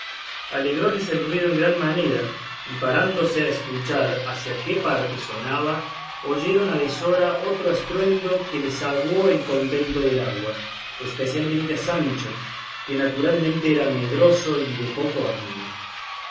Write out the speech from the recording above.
despeñaba alegróles el ruido en gran manera y parándose a escuchar hacia qué parte sonaba oyeron a deshora otro estruendo que les aguó el contento del agua especialmente a sancho que naturalmente era medroso y de poco ánimo